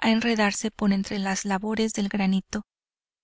enredarse por entre las labores de granito